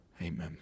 Amen